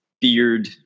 beard